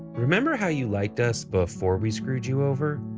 remember how you liked us before we screwed you over?